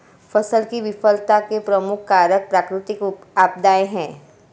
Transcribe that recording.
फसल की विफलता के प्रमुख कारक प्राकृतिक आपदाएं हैं